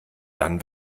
dann